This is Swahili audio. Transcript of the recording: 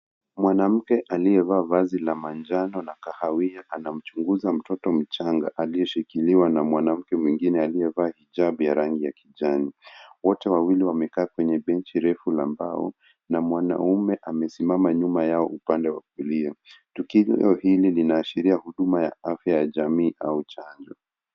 Mwanamke aliyevaa vazi la manjano na kahawia anamchunguza mtoto mchanga na aliyeshikiliwa na mwanamke mwingine aliyevaa hijabu ya rangi ya kijani. Wote wawili wamekaa kwenye benchi refu la mbao na mwanaume amesimama nyuma yao upande wa kulia. Tukio hili linaashiria huduma ya afya ya jamii au chanjo.